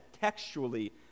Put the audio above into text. textually